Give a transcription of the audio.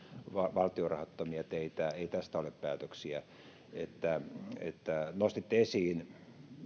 valtion rahoittamia teitä tästä ei ole päätöksiä nostitte esiin